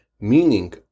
meaning